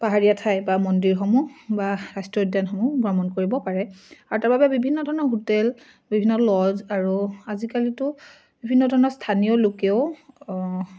পাহাৰীয়া ঠাই বা মন্দিৰসমূহ বা ৰাষ্ট্ৰীয় উদ্যানসমূহ ভ্ৰমণ কৰিব পাৰে আৰু তাৰবাবে বিভিন্ন ধৰণৰ হোটেল বিভিন্ন লজ আৰু আজিকালিতো বিভিন্ন ধৰণৰ স্থানীয় লোকেও